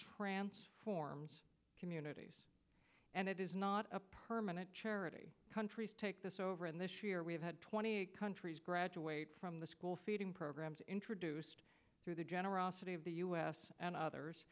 transforms communities and it is not a permanent charity countries take this over and this year we have had twenty countries graduate from the school feeding programs introduced through the generosity of the u s and others